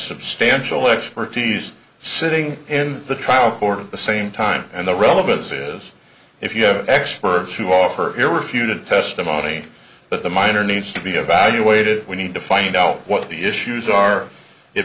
substantial expertise sitting in the trial court at the same time and the relevance is if you have experts who offer your refuted testimony but the minor needs to be evaluated we need to find out what the issues are it